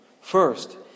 First